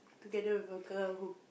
together with the girl who